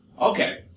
Okay